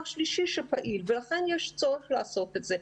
שלישי שפעיל ולכן יש צורך לעשות את זה.